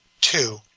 two